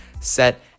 set